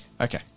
okay